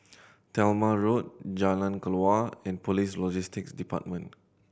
Talma Road Jalan Kelawar and Police Logistics Department